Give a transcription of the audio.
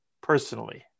personally